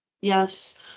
Yes